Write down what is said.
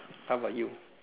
how about you